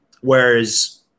Whereas